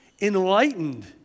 enlightened